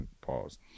pause